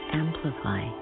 amplify